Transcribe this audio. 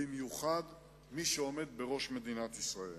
במיוחד ממי שעומד בראש מדינת ישראל.